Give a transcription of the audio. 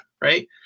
right